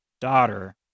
daughter